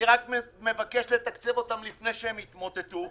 אני רק מבקש לתקצב אותם לפני שהם יתמוטטו.